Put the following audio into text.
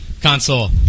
console